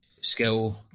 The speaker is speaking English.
skill